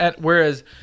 whereas